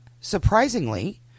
Surprisingly